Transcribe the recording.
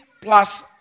plus